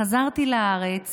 חזרתי לארץ